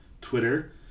Twitter